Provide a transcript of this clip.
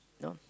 no